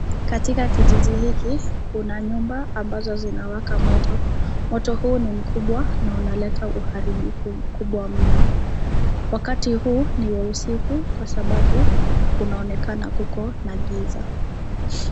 Katika kijiji hiki kuna nyumba ambazo zinawaka moto. Moto huu ni mkubwa na unaleta uharibifu mkubwa mno. Wakati huu ni wa usiku kwa sababu kunaonekana kuko na giza.